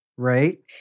Right